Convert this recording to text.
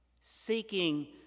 seeking